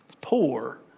Poor